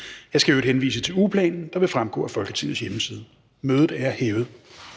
Jeg skal i øvrigt henvise til ugeplanen, der også vil fremgå af Folketingets hjemmeside. Mødet er hævet.